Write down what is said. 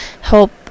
help